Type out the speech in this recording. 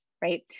right